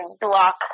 block